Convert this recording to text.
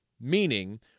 Meaning